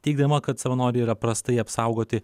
teigdama kad savanoriai yra prastai apsaugoti